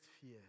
fear